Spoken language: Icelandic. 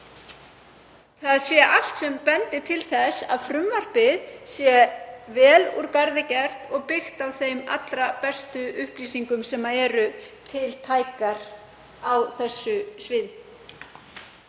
að allt bendi til þess að frumvarpið sé vel úr garði gert og byggt á þeim allra bestu upplýsingum sem tiltækar eru á þessu sviði.